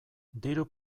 diru